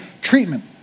treatment